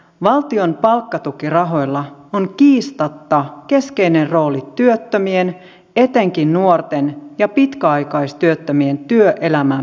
valtion palkkatukirahoilla on kiistatta keskeinen rooli työttömien etenkin nuorten ja pitkäaikaistyöttömien työelämään pääsemisessä